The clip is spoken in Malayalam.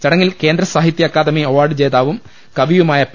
ചടങ്ങിൽ കേ ന്ദ്ര സാഹിത്യ അക്കാദമി അവാർഡ് ജേതാവും കവിയുമായ പി